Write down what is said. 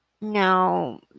now